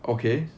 okay